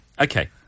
Okay